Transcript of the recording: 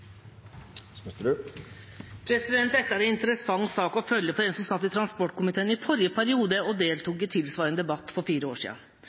2030. Dette er en interessant sak å følge for en som satt i transportkomiteen i forrige periode og deltok i en tilsvarende debatt for fire år